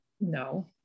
no